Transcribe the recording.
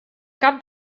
cap